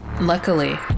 Luckily